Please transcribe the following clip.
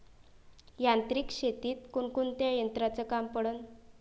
यांत्रिक शेतीत कोनकोनच्या यंत्राचं काम पडन?